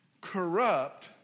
corrupt